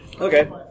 Okay